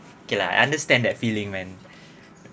okay lah I understand that feeling man